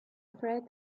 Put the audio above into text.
afraid